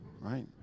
right